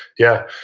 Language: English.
yeah.